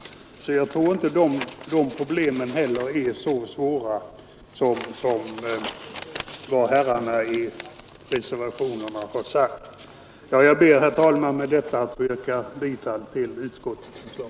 Därför tror jag att inte heller de problemen med kapitalförsörjningen är så svåra som reservanterna har velat göra gällande. Herr talman! Med det anförda ber jag att få yrka bifall till utskottets hemställan.